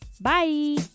Bye